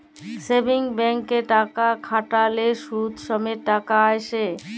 savings ব্যাংকে টাকা খ্যাট্যাইলে সুদ সমেত টাকা আইসে